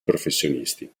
professionisti